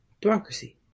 democracy